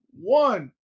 one